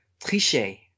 tricher